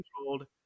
controlled